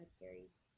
carries